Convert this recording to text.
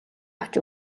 авч